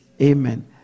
Amen